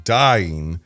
dying